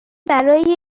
برای